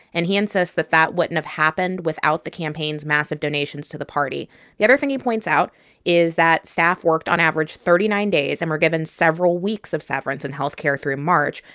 and he insists that that wouldn't have happened without the campaign's massive donations to the party the other thing he points out is that staff worked on average thirty nine days and were given several weeks of severance and health care through march.